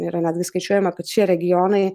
yra netgi skaičiuojama kad šie regionai